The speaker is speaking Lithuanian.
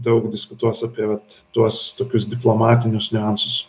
daug diskutuos apie tuos tokius diplomatinius niuansus